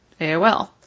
AOL